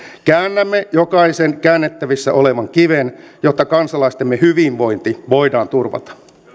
käännämme jokaisen käännettävissä olevan kiven jotta kansalaistemme hyvinvointi voidaan turvata